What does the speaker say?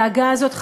הדאגה הזאת,